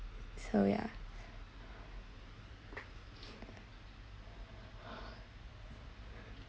so ya